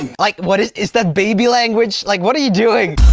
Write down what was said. like, what is is that baby language? like what are you doing?